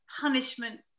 punishment